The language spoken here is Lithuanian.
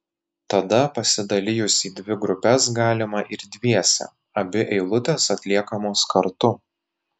tada pasidalijus į dvi grupes galima ir dviese abi eilutės atliekamos kartu